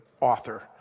author